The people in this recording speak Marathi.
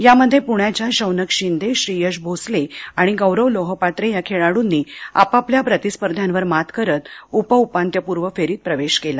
यामध्ये पुण्याच्या शौनक शिंदे श्रीयश भोसले आणि गौरव लोहपात्रे या खेळाडूंनी आपापल्या प्रंतिस्पर्ध्यावर मात करत उप उपांत्यप्रर्व फेरीत प्रवेश केला